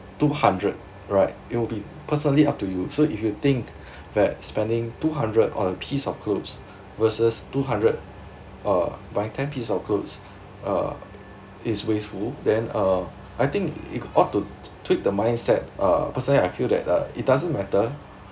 two hundred right it will be personally up to you so if you think that spending two hundred on a piece of clothes versus two hundred uh buying ten piece of clothes uh is wasteful than uh I think it odd to tweak the mindset uh personally I feel that uh it doesn't matter